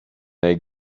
they